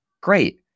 Great